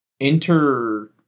enter